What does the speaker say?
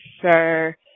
sure